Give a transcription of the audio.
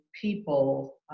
people